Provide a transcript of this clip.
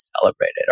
celebrated